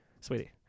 sweetie